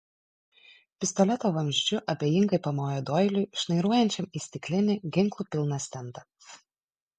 pistoleto vamzdžiu abejingai pamojo doiliui šnairuojančiam į stiklinį ginklų pilną stendą